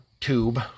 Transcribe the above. tube